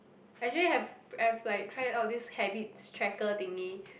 actually have have like try out this habits tracker thingy